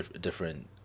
different